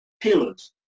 pillars